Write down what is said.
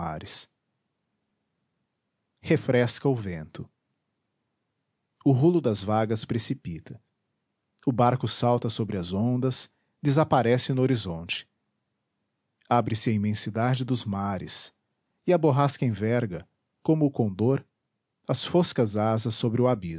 palmares refresca o vento o rulo das vagas precipita o barco salta sobre as ondas desaparece no horizonte abre-se a imensidade dos mares e a borrasca enverga como o condor as foscas asas sobre o